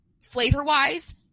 flavor-wise –